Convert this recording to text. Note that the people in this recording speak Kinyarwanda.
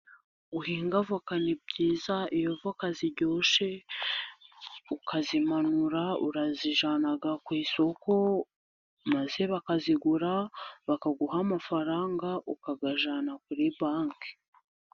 Guhinga avoka ni byiza, iyo avoka ziryoshye ukazimanura, uzijyana ku isoko maze bakazigura, bakaguha amafaranga, ukayajyana kuri banki.